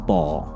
Ball